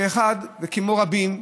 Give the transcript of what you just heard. כמו רבים,